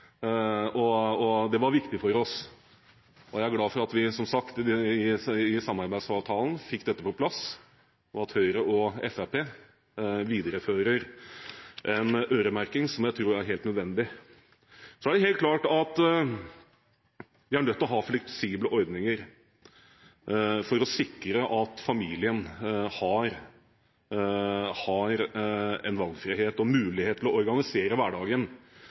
og det var viktig for oss. Jeg er glad for at vi, som sagt, i samarbeidsavtalen fikk dette på plass, og at Høyre og Fremskrittspartiet viderefører en øremerking som jeg tror er helt nødvendig. Så er det helt klart at vi er nødt til å ha fleksible ordninger for å sikre at familien har en valgfrihet og mulighet til å organisere hverdagen